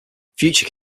future